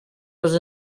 was